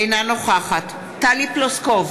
אינה נוכחת טלי פלוסקוב,